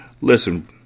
Listen